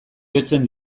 jotzen